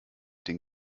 den